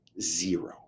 Zero